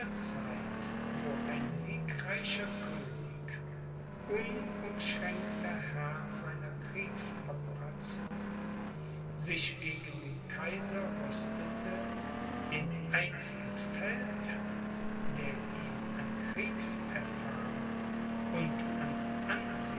zeit wo ein siegreicher könig unumschränkter herr seiner kriegsoperationen sich gegen den kaiser rüstete den einzigen feldherrn der ihm an kriegserfahrung und